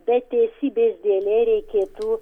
bet teisybės dėlei reikėtų